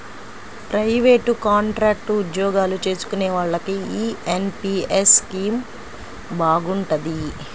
private, contract ఉద్యోగాలు చేసుకునే వాళ్లకి యీ ఎన్.పి.యస్ స్కీమ్ బాగుంటది